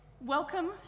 Welcome